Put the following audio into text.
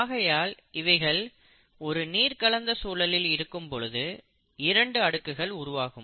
ஆகையால் இவைகள் ஒரு நீர் கலந்த சூழலில் இருக்கும்பொழுது 2 அடுக்குகள் உருவாகும்